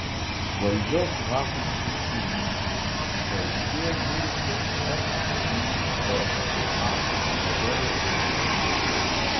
valdžios vakuumas užpildytas paaiškėjo mirusio fiba vadovo įpėdinis